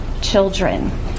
children